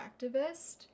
activist